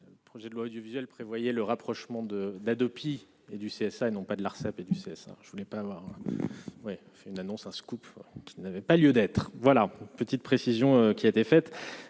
ces projets de loi audiovisuelle prévoyait le rapprochement de l'Hadopi et du CSA, et non pas de l'Arcep et du CSA, je ne voulais pas oui c'est une annonce un scoop qui n'avait pas lieu d'être voilà petite précision qui a été fait,